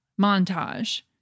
montage